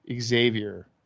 Xavier